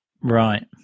Right